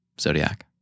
Zodiac